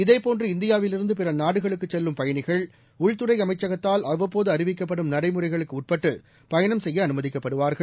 இதேபோன்று இந்தியாவிலிருந்து பிற நாடுகளுக்குச் செல்லும் பயணிகள்ல உள்துறை அமைச்சகத்தால் அவ்வப்போது அறிவிக்கப்படும் நடைமுறைகளுக்கு உட்பட்டு பயணம் செய்ய அனுமதிக்கப்படுவார்கள்